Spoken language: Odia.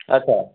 ଆଚ୍ଛା